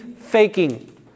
faking